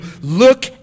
look